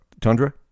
Tundra